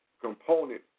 component